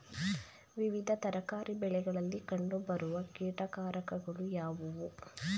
ವಿವಿಧ ತರಕಾರಿ ಬೆಳೆಗಳಲ್ಲಿ ಕಂಡು ಬರುವ ಕೀಟಕಾರಕಗಳು ಯಾವುವು?